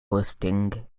listing